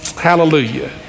Hallelujah